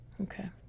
Okay